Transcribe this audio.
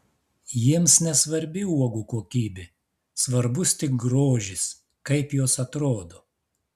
jiems nesvarbi uogų kokybė svarbus tik grožis kaip jos atrodo